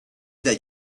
that